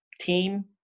team